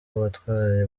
watwaye